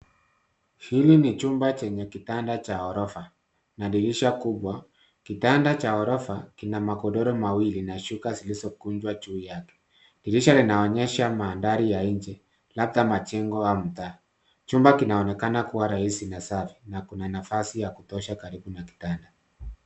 Hili ni chumba chenye kitanda cha orofa na dirisha kubwa, kitanda cha orofa kina magodr mawili na shuka zilizokunjwa juu yake. Dirisha linaonyesha mandhari ya nje labda majengo wa mtaa. Chumba kinaonekana kua rahisi na safi na kuna nafasi ya kutosha karibu na kitanda.